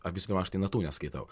aš gi sakau aš tai natų neskaitau